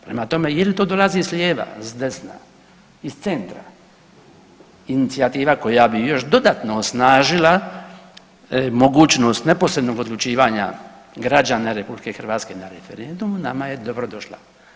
Prema tome, jel to dolazi s lijeva, s desna iz centra inicijativa koja bi još dodatno osnažila mogućnost neposrednog odlučivanja građana na RH na referendumu nama je dobro došla.